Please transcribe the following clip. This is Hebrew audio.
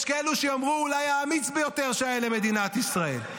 יש כאלה שיאמרו: אולי האמיץ ביותר שהיה למדינת ישראל.